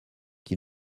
qui